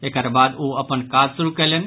एकर बाद ओ अपन काज शुरू कयलनि